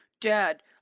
Dad